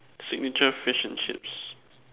signature fish and chips